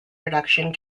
reduction